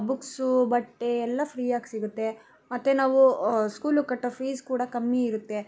books ಬಟ್ಟೆ ಎಲ್ಲ ಫ್ರೀಯಾಗಿ ಸಿಗತ್ತೆ ಮತ್ತು ನಾವು ಸ್ಕೂಲಿಗ್ ಕಟ್ಟೋ ಫೀಸ್ ಕೂಡ ಕಮ್ಮಿ ಇರತ್ತೆ